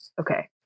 okay